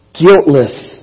Guiltless